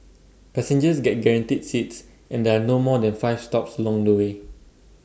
passengers get guaranteed seats and there are no more than five stops along the way